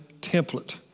template